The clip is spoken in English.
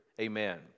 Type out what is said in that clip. Amen